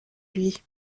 lui